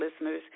listeners